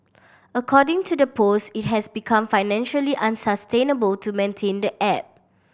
according to the post it has become financially unsustainable to maintain the app